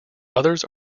others